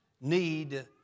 need